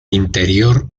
interior